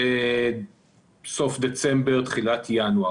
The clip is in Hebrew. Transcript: בסוף דצמבר-תחילת ינואר,